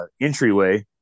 entryway